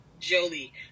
Jolie